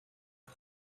энэ